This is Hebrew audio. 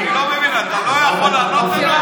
אתה לא יכול לענות לנו?